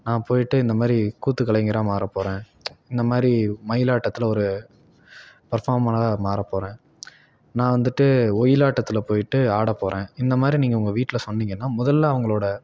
நான் போயிட்டு இந்த மாதிரி கூத்து கலைஞராக மாறப்போகிறேன் இந்த மாதிரி மயிலாட்டத்தில் ஒரு பர்ஃபாமராக மாறப்போகிறேன் நான் வந்துட்டு ஒயிலாட்டத்தில் போயிட்டு ஆட போகிறேன் இந்த மாதிரி நீங்கள் உங்கள் வீட்டில் சொன்னிங்கன்னால் முதலில் அவங்களோட